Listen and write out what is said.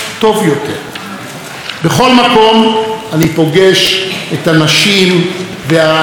בכל מקום אני פוגש את הנשים והאנשים שחיים כאן.